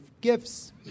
gifts